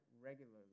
regularly